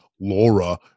Laura